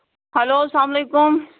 hello سَلام علیکُم